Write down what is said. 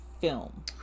film